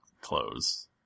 close